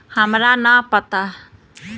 एग्रिबाजार पर से खरीदे ला सबसे अच्छा चीज कोन हई?